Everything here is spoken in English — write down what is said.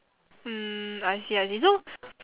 mm I see I see so